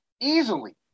easily